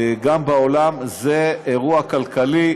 גם בעולם זה אירוע כלכלי,